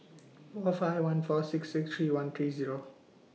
four five one four six six three one three Zero